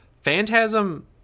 Phantasm